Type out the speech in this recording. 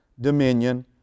dominion